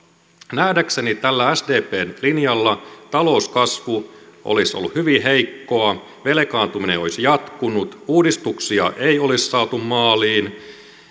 nähdäkseni tällä sdpn linjalla talouskasvu olisi ollut hyvin heikkoa velkaantuminen olisi jatkunut uudistuksia ei olisi saatu maaliin